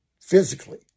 physically